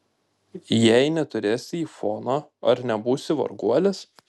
jei neturėsi aifono ar nebūsi varguolis